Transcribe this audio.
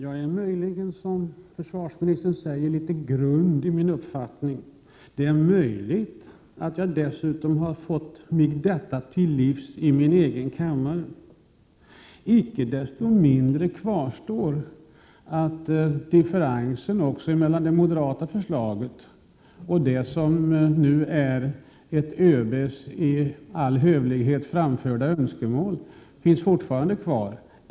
Herr talman! Som försvarsministern säger är jag möjligen litet grund i min uppfattning. Det är också möjligt att jag fått mig detta till livs i min egen kammare. Icke desto mindre kvarstår att differensen mellan det moderata förslaget och det som nu är ett ÖB:s i all hövlighet framförda önskemål fortfarande står kvar.